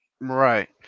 Right